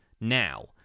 now